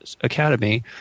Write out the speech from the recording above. academy